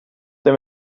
der